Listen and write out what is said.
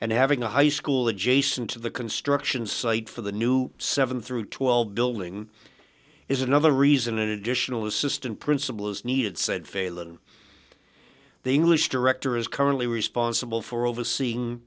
and having a high school adjacent to the construction site for the new seven through twelve building is another reason an additional assistant principal is needed said failon the english director is currently responsible for overseeing